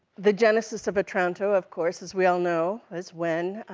the genesis of otranto, of course, as we all know, is when,